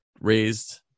raised